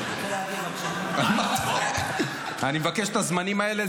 אני מבקש את הזמנים האלה,